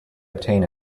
obtain